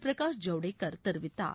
பிரகாஷ் ஜவ்டேகர் தெரிவித்தார்